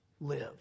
Live